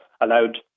allowed